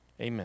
Amen